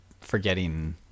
forgetting